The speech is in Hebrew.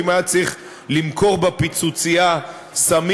או אם היה צריך למכור בפיצוצייה סמים,